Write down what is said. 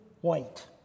white